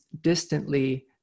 distantly